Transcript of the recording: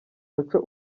muco